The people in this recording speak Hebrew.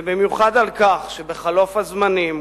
ובמיוחד על כך שבחלוף הזמנים,